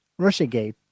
Russiagate